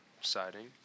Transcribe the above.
siding